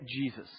Jesus